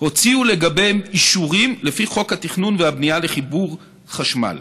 הוציאו לגביהם אישורים לפי חוק התכנון והבנייה לחיבור חשמל.